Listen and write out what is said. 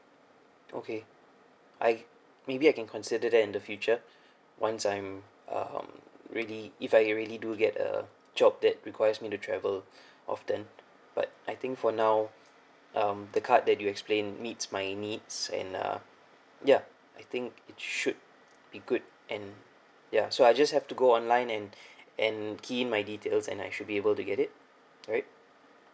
okay I maybe I can consider that in the future once I'm uh really if I really do get a job that requires me to travel often but I think for now um the card that you explain meets my needs and uh ya I think should be good and ya so I just have to go online and and key my details and I should be able to get it right